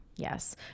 Yes